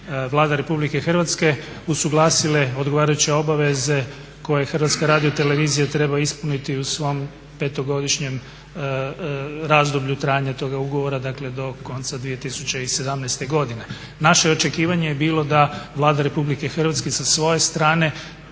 Vlada RH usuglasile odgovarajuće obaveze koje HRT treba ispuniti u svom 5-godišnjem razdoblju trajanja toga ugovora, dakle do konca 2017. godine. Naše očekivanje je bilo da Vlada Republike Hrvatske sa svoje strane